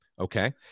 okay